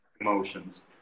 Emotions